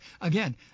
again